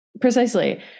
precisely